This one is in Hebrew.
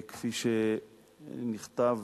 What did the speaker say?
כפי שנכתב